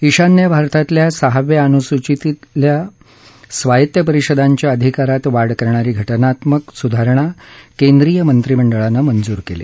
ईशान्य भारतातल्या सहाव्या अनुसुचितल्या स्वायत्त परिषदांच्या अधिकारांत वाढ करणारी घटनात्मक सुधारणा केंद्रीय मंत्रिमंडाळानं मंजूर केली